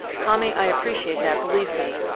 tommy, i appreciate that, believe me.